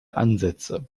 ansätze